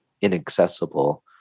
inaccessible